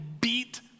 beat